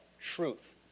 truth